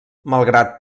malgrat